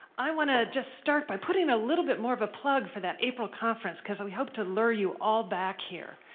i want to just start by putting a little bit more of a plug for that april conference. because we hope to lure you all back here.